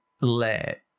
let